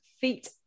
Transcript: feet